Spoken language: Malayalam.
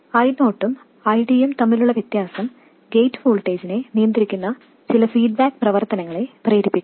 I0 യും ID ഉം തമ്മിലുള്ള വ്യത്യാസം ഗേറ്റ് വോൾട്ടേജിനെ നിയന്ത്രിക്കുന്ന ചില ഫീഡ്ബാക്ക് പ്രവർത്തനങ്ങളെ പ്രേരിപ്പിക്കുന്നു